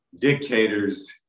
dictators